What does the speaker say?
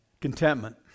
Contentment